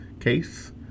case